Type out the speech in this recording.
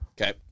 Okay